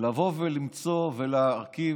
למצוא ולהרכיב,